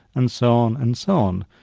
and so on and so on.